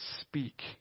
speak